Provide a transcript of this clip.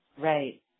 Right